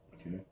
Okay